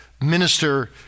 minister